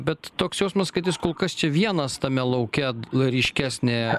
bet toks jausmas kad jis kol kas čia vienas tame lauke ryškesnė